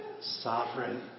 sovereign